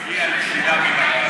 ואם מישהו מגיע לשיל"ה ממכבי?